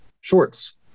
shorts